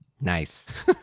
Nice